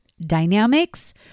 dynamics